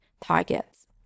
targets